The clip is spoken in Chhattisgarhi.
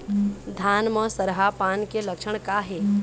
धान म सरहा पान के लक्षण का हे?